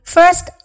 First